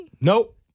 Nope